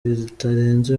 bitarenze